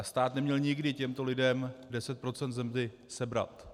Stát neměl nikdy těmto lidem deset procent ze mzdy sebrat.